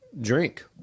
drink